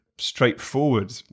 Straightforward